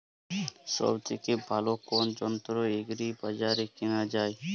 সব থেকে ভালো কোনো যন্ত্র এগ্রি বাজারে কেনা যায়?